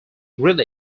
grill